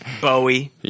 Bowie